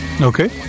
Okay